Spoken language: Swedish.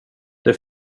det